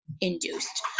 induced